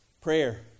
Prayer